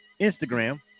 Instagram